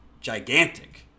gigantic